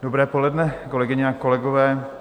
Dobré poledne, kolegyně a kolegové.